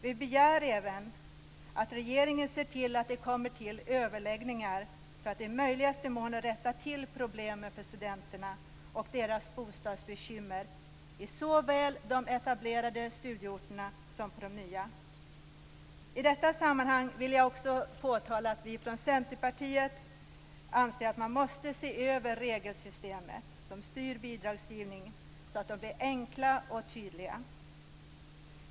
Vi begär även att regeringen ser till att det kommer till överläggningar för att i möjligaste mån rätta till problemen för studenterna och deras bostadsbekymmer på såväl de etablerade studieorterna som på de nya. I detta sammanhang vill jag också påtala att vi från Centerpartiet anser att man måste se över regelsystemet som styr bidragsgivningen, så att reglerna blir enkla och tydliga.